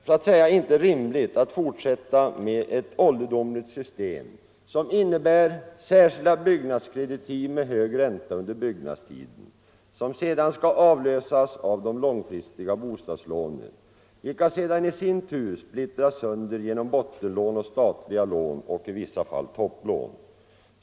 Det är inte rimligt att fortsätta med ett ålderdomligt system som innebär särskilda byggnadskreditiv med hög ränta under byggnadstiden, som sedan skall avlösas av de långfristiga bostadslånen, vilka i sin tur splittras sönder genom bottenlån och statliga lån och i vissa fall topplån.